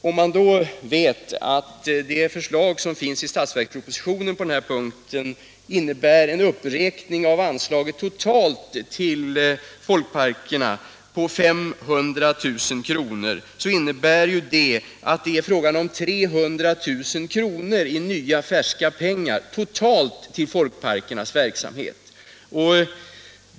Budgetpropositionen innebär en uppräkning av anslaget till folkparkerna på totalt 500 000 kr. Det är alltså fråga om 300 000 kr. totalt i nya, färska pengar till folkparkernas verksamhet.